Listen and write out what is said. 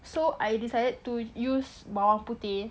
so I decided to use bawang putih